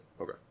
Okay